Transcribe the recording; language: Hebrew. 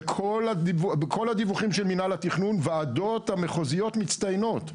בכל הדיווחים של מנהל התכנון הוועדות המחוזיות מצטיינות,